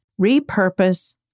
repurpose